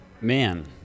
Man